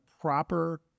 proper